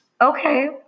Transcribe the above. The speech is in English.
okay